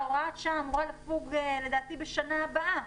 הוראת השעה אמורה לפוג בשנה הבאה.